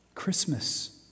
Christmas